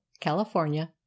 CALIFORNIA